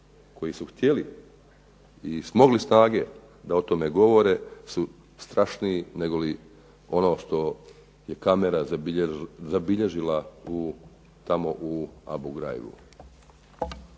koji su htjeli i smogli snage da o tome govore su strašniji negoli ono što je kamera zabilježila tamo u …/Govornik